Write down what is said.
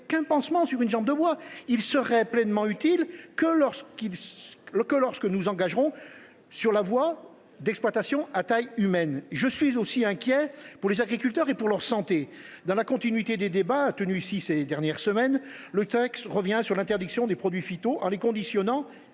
qu’un pansement sur une jambe de bois. Il ne sera pleinement utile que lorsque nous nous engagerons sur la voie d’exploitations à taille humaine. Je suis aussi inquiet pour les agriculteurs et pour leur santé. Dans la continuité des débats tenus ici ces dernières semaines, le texte revient sur l’interdiction des produits phytosanitaires, en la conditionnant